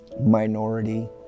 minority